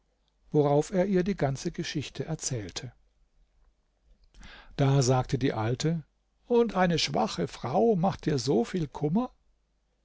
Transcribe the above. worauf er ihr die ganze geschichte erzählte da sagte die alte und eine schwache frau macht dir so viel kummer